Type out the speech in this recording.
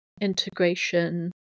integration